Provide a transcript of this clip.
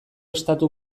estatu